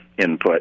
input